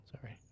sorry